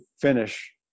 finish